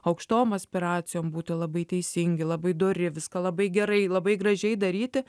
aukštom aspiracijoms būti labai teisingi labai dori viską labai gerai labai gražiai daryti